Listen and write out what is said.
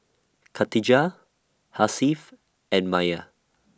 Khatijah Hasif and Maya